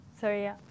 Sorry